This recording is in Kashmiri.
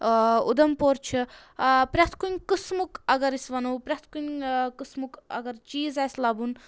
ادھَمپور چھِ پرٛؠتھ کُنہِ قٕسمُک اگر أسۍ وَنو پرٛؠتھ کُنہِ قٕسمُک اگر چیٖز آسہِ لَبُن